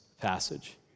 passage